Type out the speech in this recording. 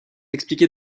expliqué